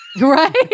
Right